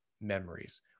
memories